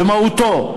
במהותו,